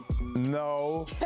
No